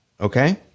Okay